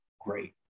great